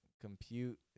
compute